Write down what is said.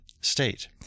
state